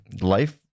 life